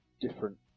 different